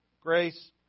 Grace